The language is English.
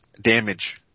damage